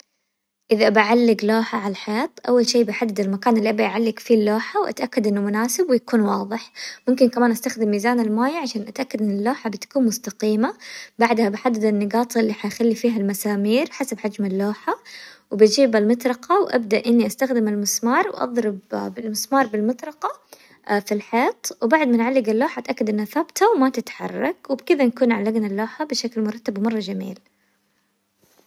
اذا بعلق لوحة على الحيط اول شي بحدد المكان اللي ابي اعلق فيه اللوحة، واتأكد انه مناسب ويكون واضح. ممكن كمان استخدم ميزان الموية عشان اتأكد ان اللوحة بتكون مستقيمة، بعدها بحدد النقاط اللي حيخلي فيها المسامير حسب حجم اللوحة، وبجيب المطرقة وابدأ اني استخدم المسمار، واضرب بالمسمار بالمطرقة في الحيط، وبعد ما نعلق اللوحة اتأكد انها ثابتة وما تتحرك، وبكذا نكون علقنا اللوحة بشكل مرتب ومرة جميل.